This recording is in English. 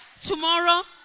tomorrow